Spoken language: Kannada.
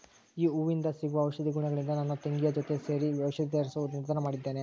ಈ ಹೂವಿಂದ ಸಿಗುವ ಔಷಧಿ ಗುಣಗಳಿಂದ ನನ್ನ ತಂಗಿಯ ಜೊತೆ ಸೇರಿ ಔಷಧಿ ತಯಾರಿಸುವ ನಿರ್ಧಾರ ಮಾಡಿದ್ದೇನೆ